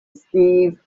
steve